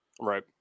Right